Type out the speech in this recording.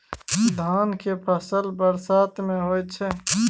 धान के फसल बरसात में होय छै?